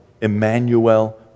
Emmanuel